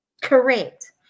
Correct